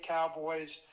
Cowboys